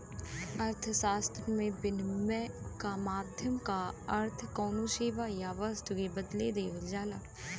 अर्थशास्त्र में, विनिमय क माध्यम क अर्थ कउनो सेवा या वस्तु के बदले देवल जाला